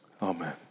Amen